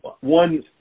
One